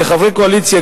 כחברי הקואליציה,